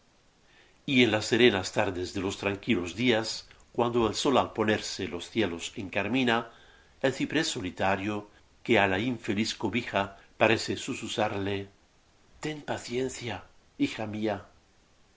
y en las serenas tardes de los tranquilos días cuando el sol al ponerse los cielos encarmina el ciprés solitario que á la infeliz cobija parece susurrarle ten paciencia hija mía